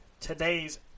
today's